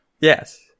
Yes